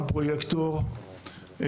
גם פרויקטור,